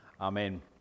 Amen